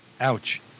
Ouch